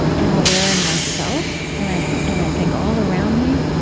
am aware in myself and i and i think all around me,